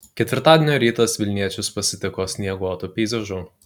ketvirtadienio rytas vilniečius pasitiko snieguotu peizažu